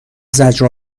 زجر